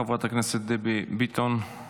חברת הכנסת דבי ביטון,